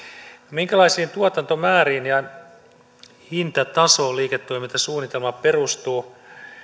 minkälaisiin tuotantomääriin ja hintatasoon liiketoimintasuunnitelma perustuu